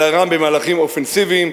אלא גם במהלכים אופנסיביים,